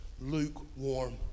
lukewarm